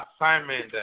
assignment